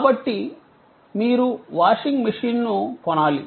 కాబట్టి మీరు వాషింగ్ మెషీన్ను కొనాలి